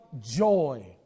joy